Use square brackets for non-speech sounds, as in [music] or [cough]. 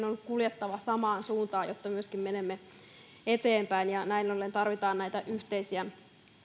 [unintelligible] on kuljettava samaan suuntaan jotta myöskin menemme eteenpäin ja näin ollen tarvitaan yhteisiä